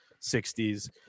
60s